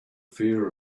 fear